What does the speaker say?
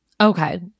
Okay